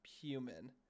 human